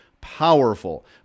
powerful